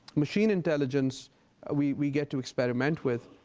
machine intelligence we we get to experiment with.